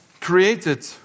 created